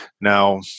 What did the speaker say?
Now